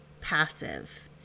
passive